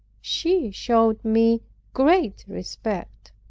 she showed me great respect.